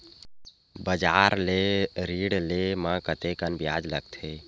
बजार ले ऋण ले म कतेकन ब्याज लगथे?